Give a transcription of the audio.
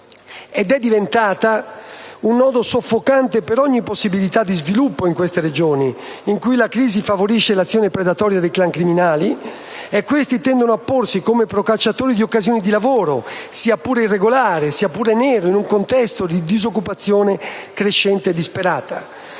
ed è diventata un modo soffocante per ogni possibilità di sviluppo in quelle regioni, in cui la crisi favorisce l'azione predatoria dei *clan* criminali. Questi tendono a porsi come procacciatori di occasioni di lavoro, sia pure irregolari e in nero, in un contesto di disoccupazione crescente e disperata.